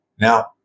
Now